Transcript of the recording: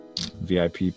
VIP